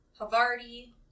Havarti